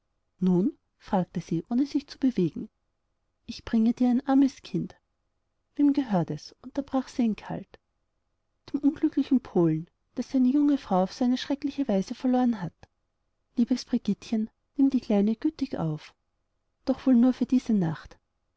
nun fragte sie ohne sich zu bewegen ich bringe dir ein armes kind wem gehört es unterbrach sie ihn kalt dem unglücklichen polen der seine junge frau auf eine so schreckliche weise verloren hat liebes brigittchen nimm die kleine gütig auf doch wohl nur für diese nacht